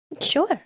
Sure